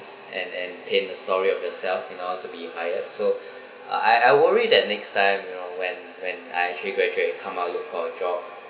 and and paint a story of yourself in order to be hired so uh I I worry that next time you know when when I actually graduate and come out and look for a job